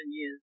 years